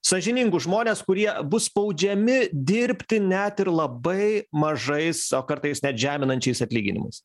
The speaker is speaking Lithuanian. sąžiningus žmones kurie bus spaudžiami dirbti net ir labai mažais o kartais net žeminančiais atlyginimais